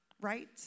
Right